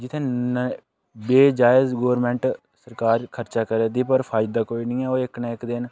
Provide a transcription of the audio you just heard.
जि'त्थें बे जायज गौरमेंट सरकार खर्चा करा दी पर फायदा कोई नेईं ऐ ते ओह् इक ना इक दिन